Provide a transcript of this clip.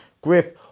Griff